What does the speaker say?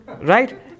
Right